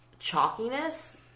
chalkiness